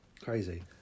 crazy